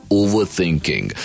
overthinking